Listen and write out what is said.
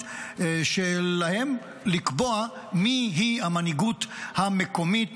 שלהם לקבוע מי היא המנהיגות המקומית,